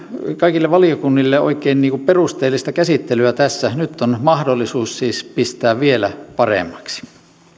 kaikille valiokunnille oikein perusteellista käsittelyä tässä nyt on mahdollisuus siis pistää vielä paremmaksi